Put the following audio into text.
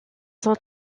sont